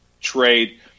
trade